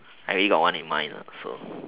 I already got one in mind lah so